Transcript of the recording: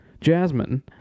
Jasmine